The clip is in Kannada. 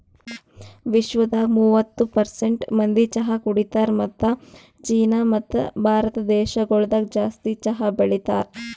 ವಿಶ್ವದಾಗ್ ಮೂವತ್ತು ಪರ್ಸೆಂಟ್ ಮಂದಿ ಚಹಾ ಕುಡಿತಾರ್ ಮತ್ತ ಚೀನಾ ಮತ್ತ ಭಾರತ ದೇಶಗೊಳ್ದಾಗ್ ಜಾಸ್ತಿ ಚಹಾ ಬೆಳಿತಾರ್